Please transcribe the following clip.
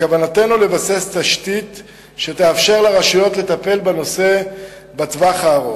בכוונתנו לבסס תשתית שתאפשר לרשויות לטפל בנושא בטווח הארוך,